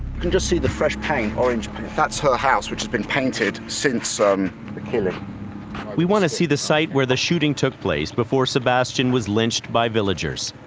can just see the fresh paint, orange paint. that's her house which has been painted since um the killing. mark we want to see the site where the shooting took place before sebastian was lynched by villagers.